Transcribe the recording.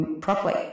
properly